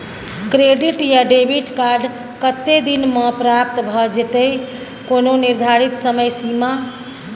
Credit या debit card कत्ते दिन म प्राप्त भ जेतै, कोनो निर्धारित समय सीमा?